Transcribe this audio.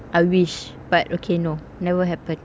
I wish but okay no never happen